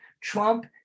Trump